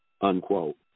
unquote